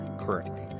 currently